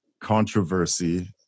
controversy